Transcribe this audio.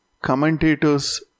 commentators